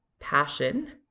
passion